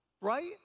Right